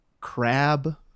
crab